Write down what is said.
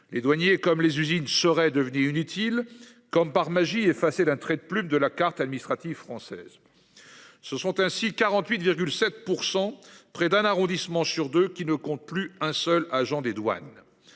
Les douaniers, comme les usines seraient devenus inutiles comme par magie effacer d'un trait de plume de la carte administrative française. Ce sont ainsi 48,7% près d'un arrondissement sur deux qui ne compte plus un seul agent des douanes.